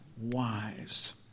wise